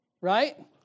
right